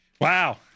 Wow